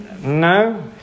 No